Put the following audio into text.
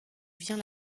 vient